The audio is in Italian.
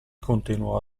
continuò